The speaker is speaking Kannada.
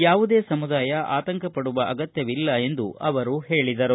ಯಾವುದೇ ಸಮುದಾಯ ಅತಂಕ ಪಡುವ ಅಗತ್ಯವಿಲ್ಲ ಎಂದು ಅವರು ಹೇಳಿದರು